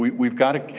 we've got to,